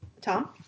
tom